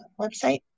website